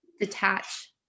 detach